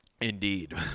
Indeed